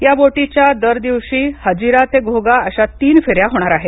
या बोटीच्या दर दिवशी हजिरा ते घोघा अशा तीन फेऱ्या होणार आहेत